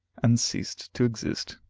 and ceased to exist.